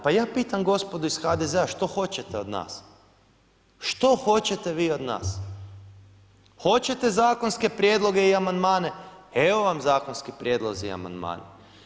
Pa ja pitam gospodu iz HDZ-a, što hoćete od nas? što hoćete vi od nas? hoćete zakonske prijedloge i amandmane, evo vam zakonski prijedlozi i amandmani.